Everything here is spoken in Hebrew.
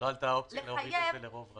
-- לא עלתה האופציה להוריד את זה לרוב רגיל?